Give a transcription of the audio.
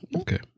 Okay